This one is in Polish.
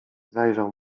zajrzał